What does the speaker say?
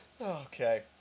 Okay